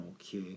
okay